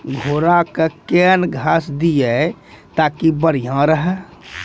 घोड़ा का केन घास दिए ताकि बढ़िया रहा?